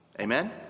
Amen